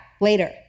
later